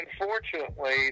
unfortunately